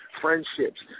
friendships